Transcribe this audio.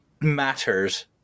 matters